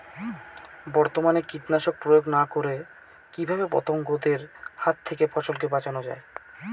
বর্তমানে কীটনাশক প্রয়োগ না করে কিভাবে পতঙ্গদের হাত থেকে ফসলকে বাঁচানো যায়?